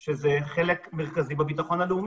מצב שבו שלוש תחנות על גז טבעי הופסקו ולא היו לנו תחנות